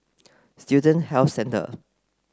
Student Health Centre